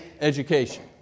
education